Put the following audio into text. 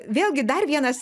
vėlgi dar vienas